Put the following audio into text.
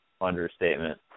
understatement